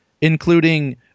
including